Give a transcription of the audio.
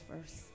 first